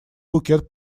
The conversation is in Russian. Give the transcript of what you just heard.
букет